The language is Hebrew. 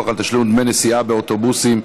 (פיקוח על תשלום דמי נסיעה באוטובוסים),